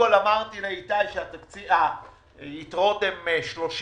אמרתי לאיתי טמקין שהיתרות הן 30